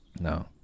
No